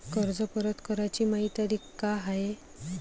कर्ज परत कराची मायी तारीख का हाय?